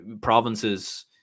provinces